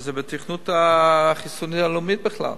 זה בתוכנית החיסון הלאומית בכלל.